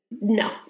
no